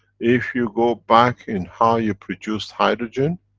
if you go back in how you produced hydrogen.